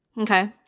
Okay